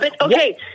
Okay